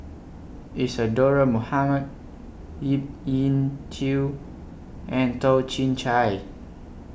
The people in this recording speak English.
Isadhora Mohamed Yip Yin Xiu and Toh Chin Chye